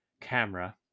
camera